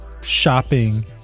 shopping